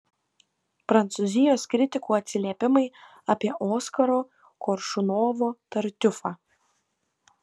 prancūzijos kritikų atsiliepimai apie oskaro koršunovo tartiufą